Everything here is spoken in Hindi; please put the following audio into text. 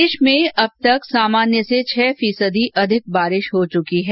प्रदेश में अब तक सामान्य से छह फीसदी अधिक बारिश हो चुकी है